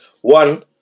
One